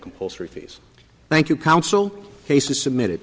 compulsory fees thank you counsel cases submitted